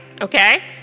okay